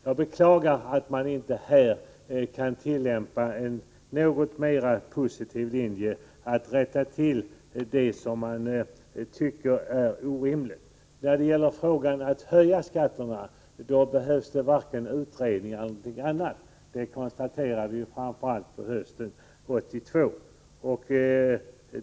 Jag beklagar att man inte kunnat vara något mera positiv och rätta till det som är orimligt. När det gäller att höja skatterna behövs det varken utredningar eller någonting annat, vilket vi kunde konstatera framför allt hösten 1982.